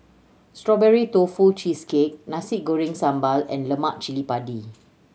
Strawberry Tofu Cheesecake Nasi Goreng Sambal and Lemak Chili Padi